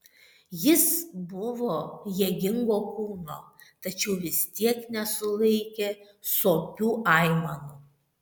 jis buvo jėgingo kūno tačiau vis tiek nesulaikė sopių aimanų